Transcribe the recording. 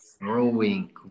growing